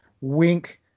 Wink